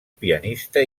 pianista